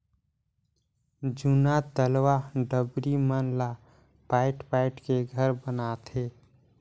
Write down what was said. जूना तलवा डबरी मन ला पायट पायट के घर बनाथे